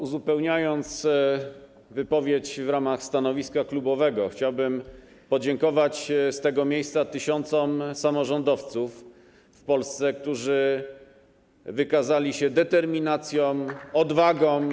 Uzupełniając wypowiedź w ramach stanowiska klubowego, chciałbym podziękować z tego miejsca tysiącom samorządowców w Polsce, którzy wykazali się determinacją, odwagą.